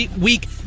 week